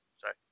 sorry